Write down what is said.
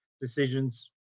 decisions